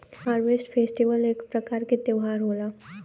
harvest festival एक प्रकार क त्यौहार होला